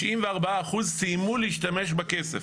94% סיימו להשתמש בכסף,